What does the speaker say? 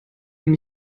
dem